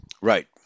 Right